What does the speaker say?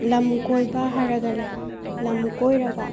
ꯂꯝ ꯀꯣꯏꯕ ꯍꯥꯏꯔꯒ ꯂꯩ ꯂꯝ ꯀꯣꯏꯔꯒ